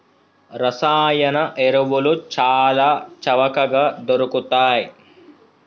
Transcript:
రసాయన ఎరువులు చాల చవకగ దొరుకుతయ్